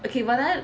okay but then